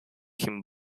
him